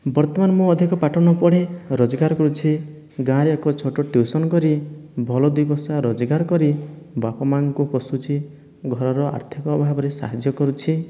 ବର୍ତ୍ତମାନ ମୁଁ ଅଧିକ ପାଠ ନପଢ଼ି ରୋଜଗାର କରୁଛି ଗାଁରେ ଏକ ଛୋଟ ଟିଉସନ କରି ଭଲ ଦୁଇ ପଇସା ରୋଜଗାର କରି ବାପା ମା'ଙ୍କୁ ପୋଷୁଛି ଘରର ଆର୍ଥିକ ଅଭାବରେ ସାହାଯ୍ୟ କରୁଛି